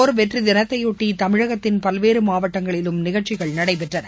கார்கில் போர் வெற்றி தினத்தையொட்டி தமிழகத்தின் பல்வேறு மாவட்டங்களிலும் நிகழ்ச்சிகள் நடைபெற்றன